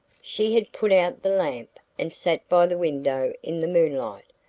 she had put out the lamp, and sat by the window in the moonlight,